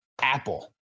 Apple